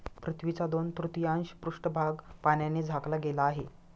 पृथ्वीचा दोन तृतीयांश पृष्ठभाग पाण्याने झाकला गेला आहे